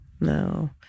no